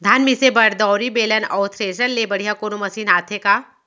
धान मिसे बर दंवरि, बेलन अऊ थ्रेसर ले बढ़िया कोनो मशीन आथे का?